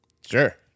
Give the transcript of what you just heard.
Sure